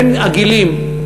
בין הגילים,